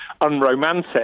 unromantic